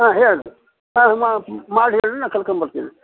ಹಾಂ ಹೇಳಿರಿ ಹಾಂ ಮಾಡಿ ಹೇಳಿರಿ ನಾ ಕರ್ಕೊಂಬರ್ತೀನಿ